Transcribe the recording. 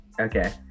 okay